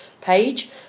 page